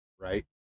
Right